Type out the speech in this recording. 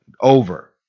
over